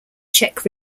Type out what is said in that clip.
czech